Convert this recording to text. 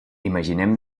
imaginem